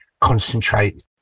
concentrate